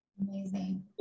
Amazing